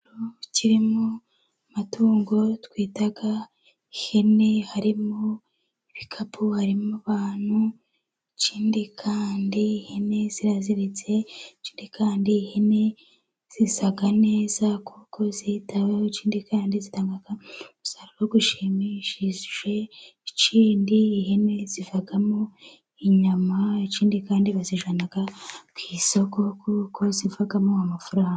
Ikiraro kirimo matungo twita ihene. Harimo ibikapu. Harimo abantu. Ikindi kandi ihene ziraziritse. Ikindi kandi ihene zisa neza kuko zitaweho. Ikindi kandi zitanga umusaruro wo ushimishijwe. Ikindi ihene zivamo inyama. Ikindi kandi bazijana ku isoko kuko zivamo amafaranga.